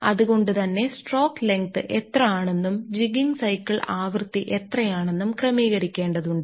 അത് കൊണ്ട് തന്നെ സ്ട്രോക്ക് ലെങ്ത് എത്ര ആണെന്നും ജിഗ്ഗിങ് സൈക്കിൾ ആവൃത്തി എത്രയാണെന്നും ക്രമീകരിക്കേണ്ടതുണ്ട്